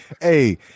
Hey